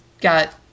got